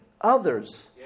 others